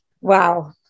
Wow